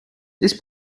this